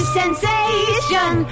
sensation